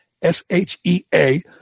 S-H-E-A